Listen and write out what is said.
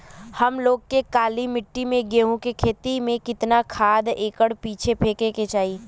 हम लोग के काली मिट्टी में गेहूँ के खेती में कितना खाद एकड़ पीछे फेके के चाही?